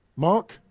Mark